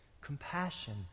compassion